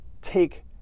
take